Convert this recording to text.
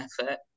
effort